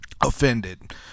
offended